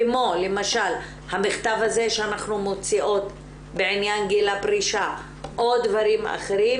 כמו למשל המכתב הזה שאנחנו מוציאות בעניין גיל הפרישה או דברים אחרים,